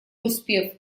успев